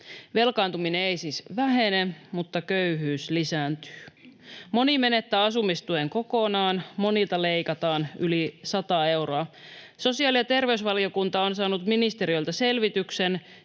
Velkaantuminen ei siis vähene, mutta köyhyys lisääntyy. Moni menettää asumistuen kokonaan, monilta leikataan yli 100 euroa. Sosiaali- ja terveysvaliokunta on saanut ministeriöltä selvityksen,